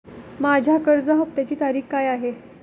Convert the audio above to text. माझ्या कर्ज हफ्त्याची तारीख काय आहे?